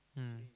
mm